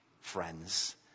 friends